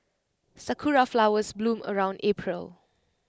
Sakura Flowers bloom around April